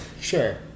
sure